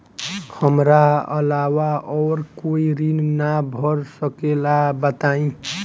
हमरा अलावा और कोई ऋण ना भर सकेला बताई?